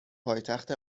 پایتخت